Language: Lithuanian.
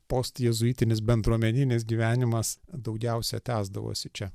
post jėzuitinis bendruomeninis gyvenimas daugiausia tęsdavosi čia